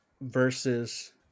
versus